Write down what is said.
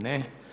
Ne.